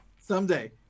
Someday